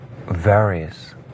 varies